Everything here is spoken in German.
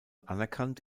anerkannt